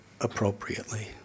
appropriately